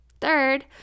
Third